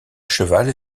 cheval